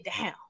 down